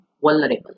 Vulnerable